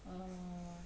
err